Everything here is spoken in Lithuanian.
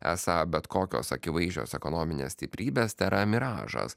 esą bet kokios akivaizdžios ekonominės stiprybės tėra miražas